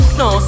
no